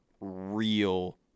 real